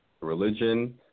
religion